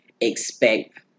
expect